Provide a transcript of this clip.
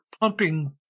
pumping